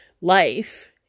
life